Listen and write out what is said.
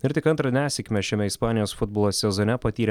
ir tik antrą nesėkmę šiame ispanijos futbolo sezone patyrė